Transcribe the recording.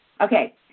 Okay